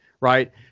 Right